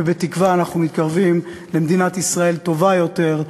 ובתקווה אנחנו מתקרבים למדינת ישראל טובה יותר,